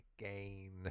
again